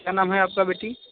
क्या नाम है आपका बेटी